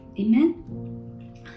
Amen